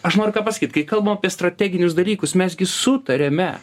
aš noriu ką pasakyt kai kalbam apie strateginius dalykus mes gi sutariame